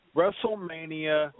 WrestleMania –